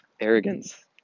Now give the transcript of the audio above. arrogance